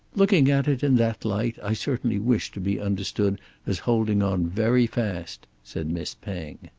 looking at it in that light i certainly wish to be understood as holding on very fast, said miss penge.